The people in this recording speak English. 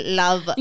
love